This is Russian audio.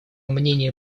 мнения